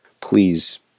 please